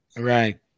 Right